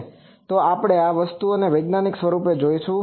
અને તો આપણે આ વસ્તુ વૈજ્ઞાનિક રૂપે જોશું